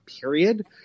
period